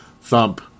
thump